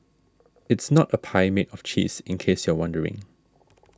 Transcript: it's not a pie made of cheese in case you're wondering